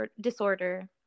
disorder